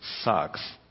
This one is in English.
sucks